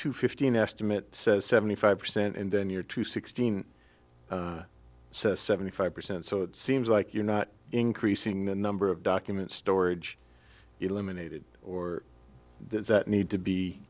two fifteen estimate says seventy five percent and then your to sixteen seventy five percent so it seems like you're not increasing the number of documents storage eliminated or need to be